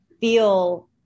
feel